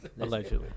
Allegedly